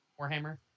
Warhammer